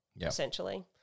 essentially